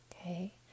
okay